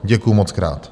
Děkuju mockrát.